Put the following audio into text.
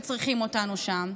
שצריכים אותנו שם.